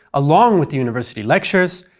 along with the university lectures,